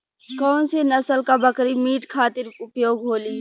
कौन से नसल क बकरी मीट खातिर उपयोग होली?